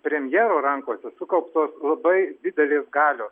premjero rankose sukauptos labai didelės galios